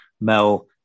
Mel